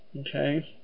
okay